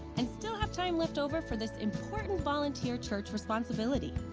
and still have time left over for this important volunteer church responsibility.